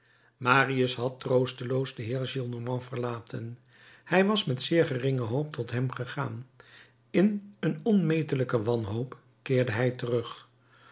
marius had troosteloos den heer gillenormand verlaten hij was met zeer geringe hoop tot hem gegaan in een onmetelijke wanhoop keerde hij terug